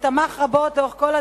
ותמך רבות לאורך כל הדרך,